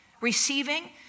receiving